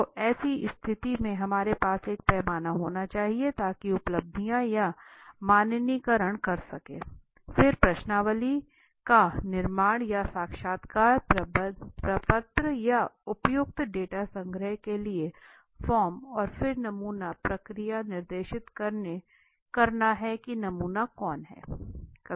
तो ऐसी स्थिति में हमारे पास एक पैमाना होना चाहिए ताकि उपलब्धियां का मानकीकरण कर सकें फिर प्रश्नावली का निर्माण या साक्षात्कार प्रपत्र या उपयुक्त डेटा संग्रह के लिए फॉर्म और फिर नमूना प्रक्रिया निर्दिष्ट करना है कि नमूना कौन है